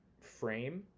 frame